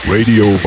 Radio